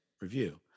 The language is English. review